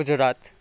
Gujarat